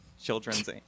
children's